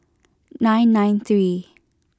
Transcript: nine nine three